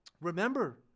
Remember